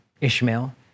Ishmael